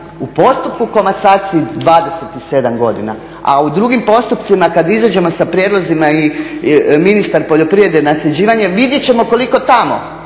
U postupku komasacije 27 godina, a u drugim postupcima kad izađemo sa prijedlozima, i ministar poljoprivrede nasljeđivanje, vidjet ćemo koliko tamo